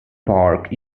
park